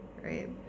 Right